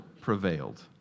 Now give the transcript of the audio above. prevailed